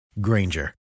Granger